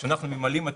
אנחנו ממלאים את